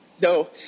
No